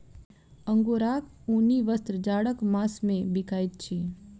अंगोराक ऊनी वस्त्र जाड़क मास मे बिकाइत अछि